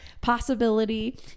possibility